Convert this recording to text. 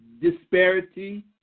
disparity